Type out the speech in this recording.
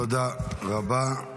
תודה רבה.